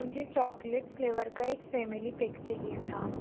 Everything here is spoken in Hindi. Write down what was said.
मुझे चॉकलेट फ़्लेवर का एक फ़ेमिली पेक चाहिए था